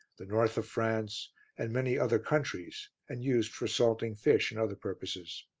the north of france and many other countries and used for salting fish and other purposes.